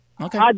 Okay